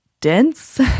dense